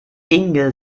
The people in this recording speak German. inge